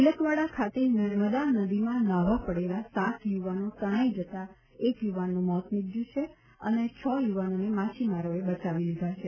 તિલકવાડા ખાતે નર્મદા નદીમાં નહાવા પડેલા સાત યુવાનો તણાઈ જતા એક યુવાનનું મોત નિપજ્યું છે અને છ યુવાનોને માછીમારોએ બચાવી લીધા છે